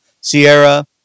Sierra